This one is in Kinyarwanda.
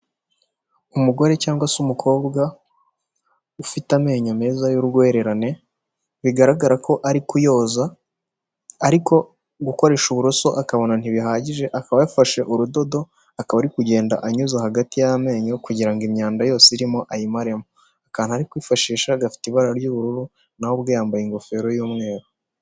Umugore cyangwa se umukobwa ufite amenyo meza y'urwererane, bigaragara ko ari kuyoza ariko gukoresha uburoso akabona ntibihagije, akaba yafashe urudodo akaba ari kugenda anyuza hagati y'amenyo kugira ngo imyanda yose irimo ayimaremo, akantu ari kwifashisha gafite ibara ry'ubururu nawe ubwe yambaye ingofero y'umweru.